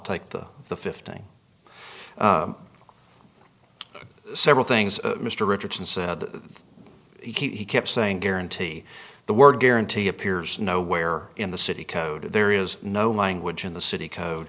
take the the fifth thing several things mr richardson said he kept saying guarantee the word guarantee appears nowhere in the city code there is no language in the city code